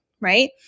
right